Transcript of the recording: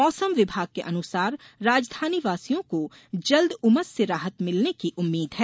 मौसम विभाग के अनुसार राजधानीवासियों को जल्द उमस से राहत मिलने की उम्मीद है